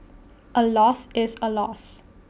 A loss is A loss